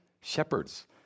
shepherds